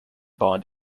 bond